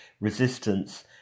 resistance